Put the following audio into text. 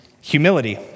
Humility